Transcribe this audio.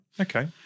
okay